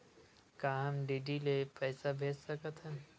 का हम डी.डी ले पईसा भेज सकत हन?